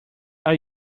are